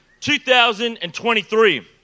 2023